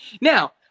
Now